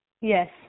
yes